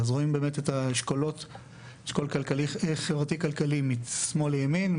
רואים את האשכול החברתי-כלכלי משמאל לימין,